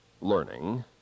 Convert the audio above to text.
learning